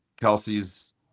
Kelsey's